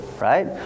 Right